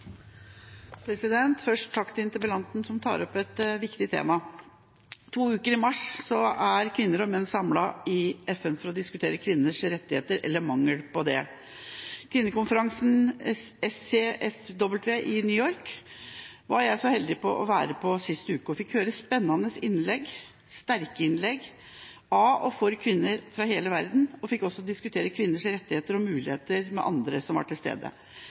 Først takk til interpellanten, som tar opp et viktig tema. To uker i mars er kvinner og menn samlet i FN for å diskutere kvinners rettigheter – eller mangel på rettigheter. Kvinnekonferansen CSW i New York var jeg så heldig å få være med på sist uke. Jeg fikk høre spennende innlegg, sterke innlegg, av og for kvinner fra hele verden, og jeg fikk også diskutere kvinners rettigheter og muligheter med andre som var til stede.